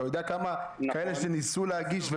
אתה יודע כמה אלה שניסו להגיש,